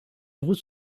routes